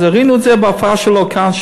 ראינו את זה בהופעה שלו כאן,